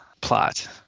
plot